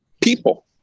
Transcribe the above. people